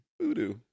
Voodoo